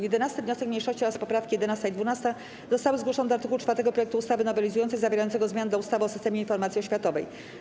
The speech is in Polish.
11. wniosek mniejszości oraz poprawki 11. i 12. zostały zgłoszone do art. 4 projektu ustawy nowelizującej, zawierającego zmiany do ustawy o systemie informacji oświatowej.